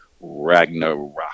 ragnarok